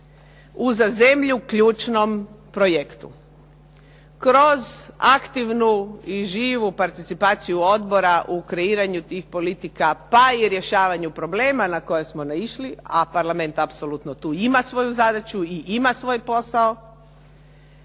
uza zemlju ključnom projektu. Kroz aktivnu i živu participaciju odbora u kreiranju tih politika, pa i rješavanju problema na koje smo naišli, a parlament apsolutno tu ima svoju zadaću i ima svoj posao